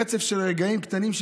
רצף של רגעים קטנים,